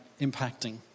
impacting